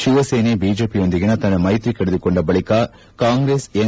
ಶಿವಸೇನೆ ಬಿಜೆಪಿಯೊಂದಿಗಿನ ತನ್ನ ಮೈತ್ರಿ ಕಡಿದುಕೊಂಡ ಬಳಿಕ ಕಾಂಗ್ರೆಸ್ ಎನ್